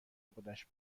خودش